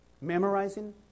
memorizing